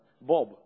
Bob